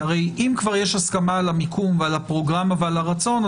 כי אם יש הסכמה על המיקום והפרוגרמה ועל הרצון,